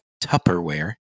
Tupperware